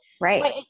Right